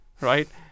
right